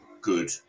good